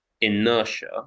inertia